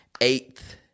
eighth